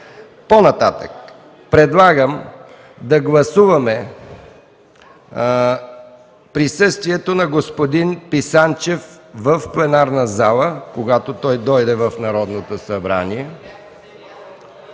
е прието. Предлагам да гласуваме присъствието на господин Писанчев в пленарната зала, когато той дойде в Народното събрание.